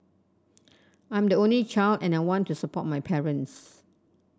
I am the only child and I want to support my parents